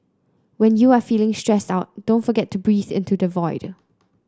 when you are feeling stressed out don't forget to breathe into the void